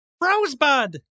rosebud